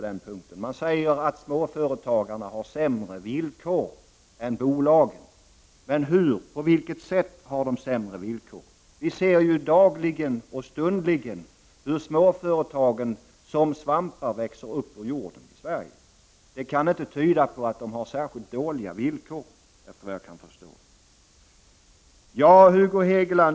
De säger att småföretagarna har sämre villkor än bolagen. På vilket sätt har de sämre villkor? Vi ser ju dagligen och stundligen hur småföretagen växer upp som svampar ur jorden i Sverige, och det tyder inte på att de har särskilt dåliga villkor.